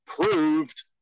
proved